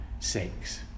six